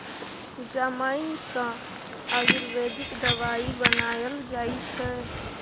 जमैन सँ आयुर्वेदिक दबाई बनाएल जाइ छै